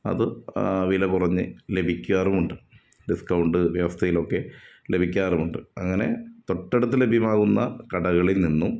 അത് വിലകുറഞ്ഞ് ലഭിക്കാറുമുണ്ട് ഡിസ്കൌണ്ട് വ്യവസ്ഥയിലോക്കെ ലഭിക്കാറുമുണ്ട് അങ്ങനെ തൊട്ടടുത്ത് ലഭ്യമാവുന്ന കടകളിൽ നിന്നും